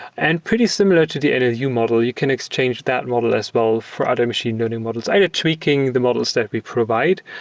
and pretty similar to the and nlu model, you can exchange that model as well for other machine learning models either tweaking the models that we provide,